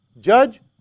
Judge